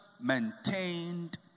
maintained